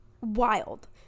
wild